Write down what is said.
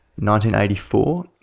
1984